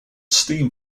steam